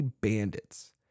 Bandits